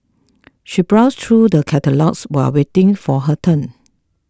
she browsed through the catalogues while waiting for her turn